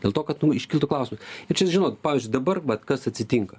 dėl to kad iškiltų klausimai ir čia žinot pavyzdžiui dabar vat kas atsitinka